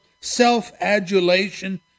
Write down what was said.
self-adulation